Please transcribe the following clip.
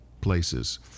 places